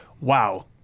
wow